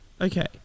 Okay